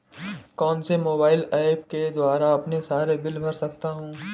कौनसे mobile apps के द्वारा मैं अपने सारे बिल भर सकता हूं?